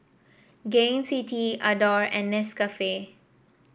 Gain City Adore and Nescafe